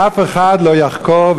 ואף אחד לא יחקור,